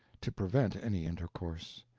to prevent any intercourse.